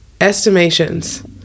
estimations